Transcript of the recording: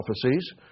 prophecies